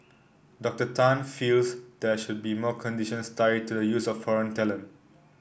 Doctor Tan feels there should more conditions tied to the use of foreign talent